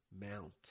Mount